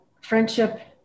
friendship